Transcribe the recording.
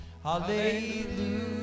Hallelujah